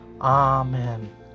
Amen